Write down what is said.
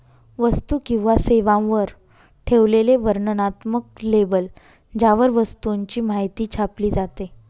वस्तू किंवा सेवांवर ठेवलेले वर्णनात्मक लेबल ज्यावर वस्तूची माहिती छापली जाते